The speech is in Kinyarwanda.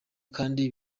kandi